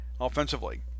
offensively